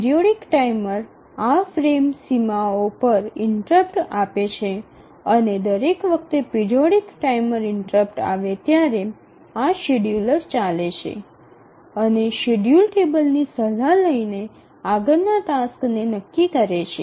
periodic timer આ frame સીમાઓ પર ઇન્ટરપ્ટ આપે છે અને દરેક વખતે પિરિયોડિક ટાઈમર ઇન્ટરપ્ટ આવે ત્યારે આ શેડ્યૂલર ચાલે છે અને શેડ્યૂલ ટેબલની સલાહ લઈને આગળના ટાસ્કને નક્કી કરે છે